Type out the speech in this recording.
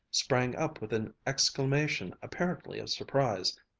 sprang up with an exclamation apparently of surprise,